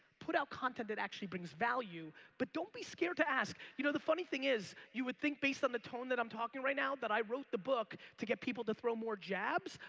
put out content that actually brings value but don't be scared to ask, you know, the funny thing is you would think based on the tone that i'm talking right now that i wrote the book to get people to throw more jabs.